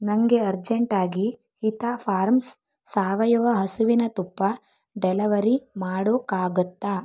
ನನಗೆ ಅರ್ಜೆಂಟಾಗಿ ಹಿತ ಫಾರ್ಮ್ಸ್ ಸಾವಯವ ಹಸುವಿನ ತುಪ್ಪ ಡೆಲಿವರಿ ಮಾಡೋಕ್ಕಾಗುತ್ತಾ